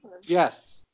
Yes